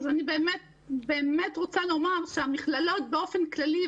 אני באמת רוצה לומר שהמכללות באופן כללי,